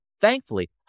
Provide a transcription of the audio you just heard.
Thankfully